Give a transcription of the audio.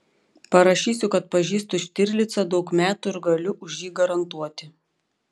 parašysiu kad pažįstu štirlicą daug metų ir galiu už jį garantuoti